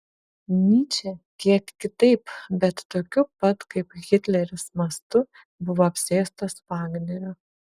nyčė kiek kitaip bet tokiu pat kaip hitleris mastu buvo apsėstas vagnerio